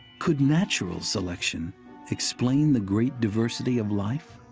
could natural selection explain the great diversity of life?